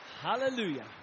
Hallelujah